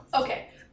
Okay